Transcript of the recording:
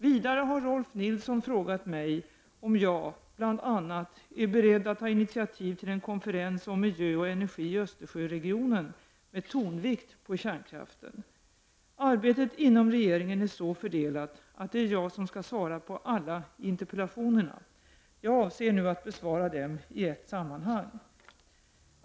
Vidare har Rolf L Nilson frågat mig om jag bl.a. är beredd att ta initiativ till en konferens om miljö och energi i Östersjöregionen med tonvikt på kärnkraften. Arbetet inom regeringen är så fördelat att det är jag som skall svara på alla interpellationerna. Jag avser nu att besvara dem i ett sammanhang.